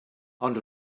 ond